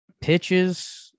pitches